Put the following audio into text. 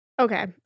Okay